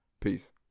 peace